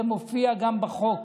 זה מופיע גם בחוק